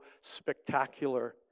spectacular